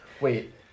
Wait